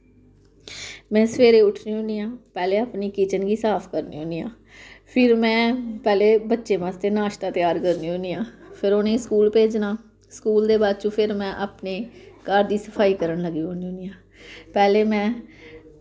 में सवेरे उट्ठनी होन्नी आं पैह्लें अपनी किचन गी साफ करनी होन्नी आं फिर में पैह्लें बच्चें वास्ते नाश्ता त्यार करनी होन्नी आं फिर उनें स्कूल भेजना स्कूल दे बाद च फिर में अपनी घर दी सफाई करन लगी पौन्नी होन्नी आं पैह्ले में